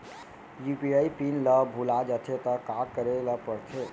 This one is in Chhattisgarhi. यू.पी.आई पिन ल भुला जाथे त का करे ल पढ़थे?